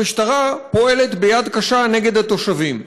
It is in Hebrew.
המשטרה פועלת ביד קשה נגד התושבים.